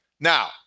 Now